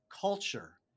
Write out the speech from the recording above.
culture